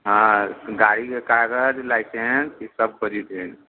हँ गाड़ीके कागज लाइसेंस ईसभ हइ